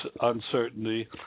uncertainty